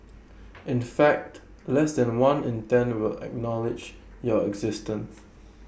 in fact less than one in ten will acknowledge your existence